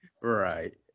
Right